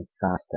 faster